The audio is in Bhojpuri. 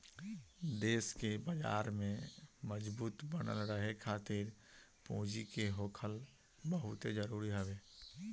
देस के बाजार में मजबूत बनल रहे खातिर पूंजी के होखल बहुते जरुरी हवे